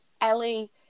ellie